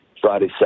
Friday